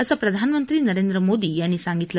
असं प्रधानमंत्री नरेंद्र मोदी यांनी सांगितलं